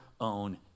own